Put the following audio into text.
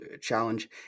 challenge